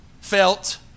felt